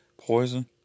Poison